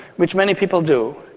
which many people do,